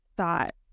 Thought